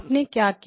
आपने क्या किया